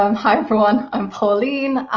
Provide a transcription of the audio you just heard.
um hi, everyone, i'm pauline,